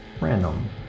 random